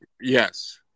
Yes